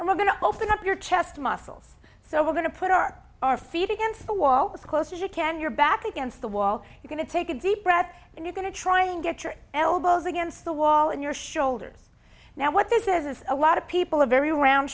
and we're going to open up your chest muscles so we're going to put our our feet against the wall with close as you can your back against the wall you can take a deep breath and you're going to try and get your elbows against the wall and your shoulders now what this is is a lot of people are very round